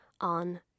on